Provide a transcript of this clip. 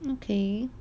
okay